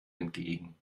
entgegen